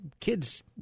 kids